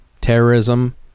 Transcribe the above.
terrorism